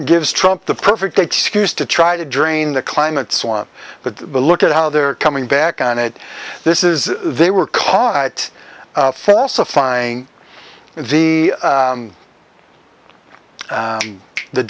gives trump the perfect excuse to try to drain the climate swamp but look at how they're coming back on it this is they were caught falsifying the